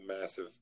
massive